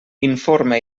informa